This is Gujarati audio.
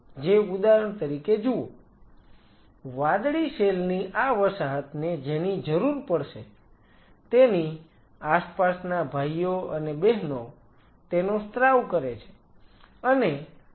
જે ઉદાહરણ તરીકે જુઓ વાદળી સેલ ની આ વસાહતને જેની જરૂર પડશે તેની આસપાસના ભાઈઓ અને બહેનો તેનો સ્ત્રાવ કરે છે